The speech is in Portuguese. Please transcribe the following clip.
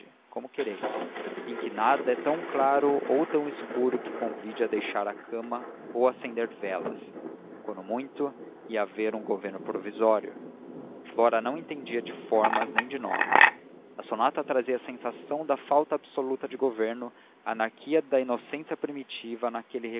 como queiras em que nada é tão claro ou tão escuro que convide a deixar a cama ou acender velas quando muito ia haver um governo provisório flora não entendia de formas nem de nomes a sonata trazia a sensação da falta absoluta de governo a anarquia da inocência primitiva naquele